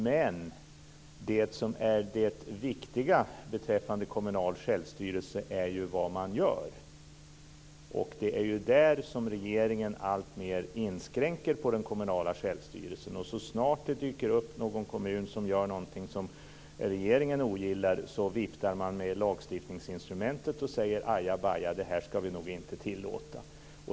Men det viktiga beträffande kommunal självstyrelse är ju vad man gör, och regeringen inskränker ju alltmer den kommunala självstyrelsen. Så snart det dyker upp någon kommun som gör någonting som regeringen ogillar viftar man med lagstiftningsinstrumentet och säger: Aja baja, det här ska vi nog inte tillåta.